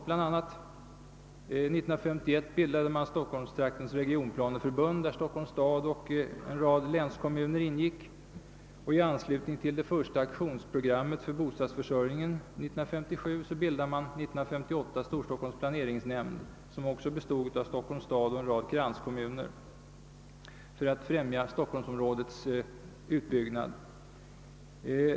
År 1951 bildade man Stockholmstraktens regionplaneförbund, i vilket Stockholms stad och en rad länskommuner ingick, och i anslutning till det första aktionsprogrammet för bostadsförsörjningen 1957 bildade man 1958 Storstockholms planeringsnämnd, som också består av Stockholms stad och en rad kranskommuner, för att främja stockholmsområdets utbyggnad.